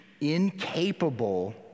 incapable